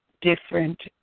different